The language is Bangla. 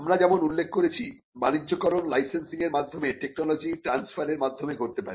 আমরা যেমন উল্লেখ করেছি বাণিজ্যকরণ লাইসেন্সিং এর মাধ্যমে টেকনোলজি ট্রান্সফারের মাধ্যমে ঘটতে পারে